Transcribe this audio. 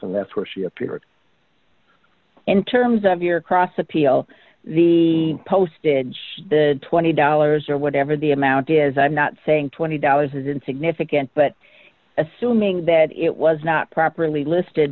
and that's where she appeared in terms of your cross appeal the postage the twenty dollars or whatever the amount is i'm not saying twenty dollars is insignificant but assuming that it was not properly listed